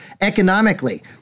economically